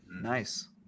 Nice